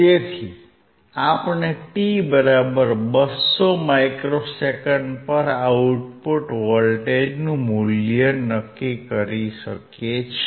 તેથી આપણે t 200 microseconds પર આઉટપુટ વોલ્ટેજનું મૂલ્ય નક્કી કરીએ છીએ